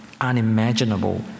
unimaginable